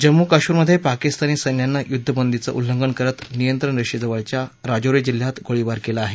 जम्मू कश्मीरमधे पाकिस्तानी सैन्यानं युद्धबंदीचं उल्लंघन करत नियंत्रण रेषेजवळच्या राजौरी जिल्ह्यात गोळीबार केला आहे